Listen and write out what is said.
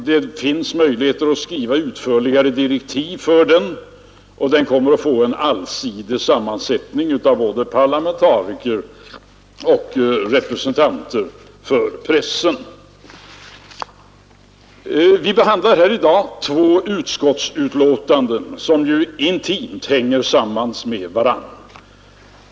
Det finns möjligheter att skriva utförligare direktiv för den, och den kommer att få en allsidig sammansättning av både parlamentariker och representanter för pressen. Vi behandlar här i dag två utskottsbetänkanden, som intimt hänger samman med varandra.